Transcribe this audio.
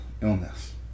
illness